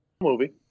movie